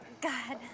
God